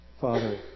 Father